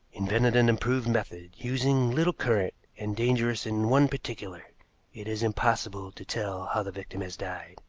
invented an improved method, using little current and dangerous in one particular it is impossible to tell how the victim has died.